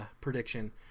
prediction